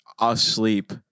Asleep